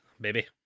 baby